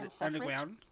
Underground